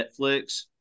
Netflix